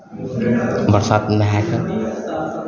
बरसातमे नहाए कऽ